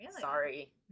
sorry